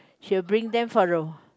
she will them for a